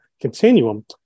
continuum